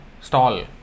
stall